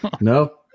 No